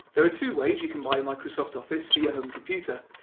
there are two ways you can buy microsoft office for your home computer.